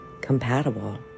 compatible